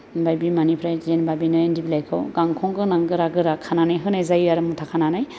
ओमफाय बिमानिफ्राय जेनेबा बेनो इन्दि बिलाइखौ गांखं गोनां गोरा गोरा खानानै होनाय जायो आरो मुथा खानानै